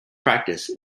practice